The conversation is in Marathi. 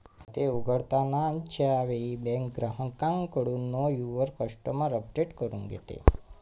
खाते उघडताना च्या वेळी बँक ग्राहकाकडून नो युवर कस्टमर अपडेट करून घेते